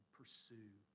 pursue